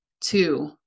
Two